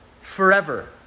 forever